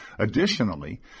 Additionally